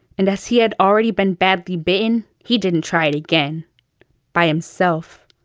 and as he had already been badly bitten he didn't try it again by himself.